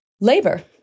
labor